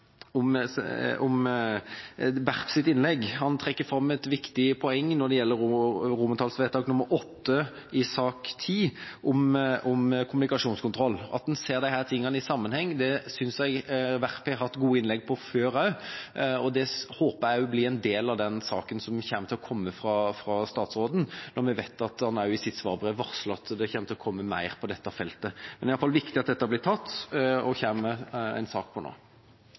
om Werps innlegg. Han trekker fram et viktig poeng når det gjelder VIII i forslag til vedtak i sak nr. 10, om kommunikasjonskontroll. Det å se disse tingene i sammenheng, synes jeg Werp har hatt gode innlegg om før også, og det håper jeg blir en del av den saken som vil komme fra statsråden, når vi vet at han i sitt svarbrev varsler at det kommer mer på dette feltet. Det er i alle fall viktig at dette blir tatt, og at det kommer en sak om det nå.